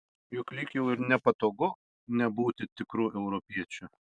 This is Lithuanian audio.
juk lyg jau ir nepatogu nebūti tikru europiečiu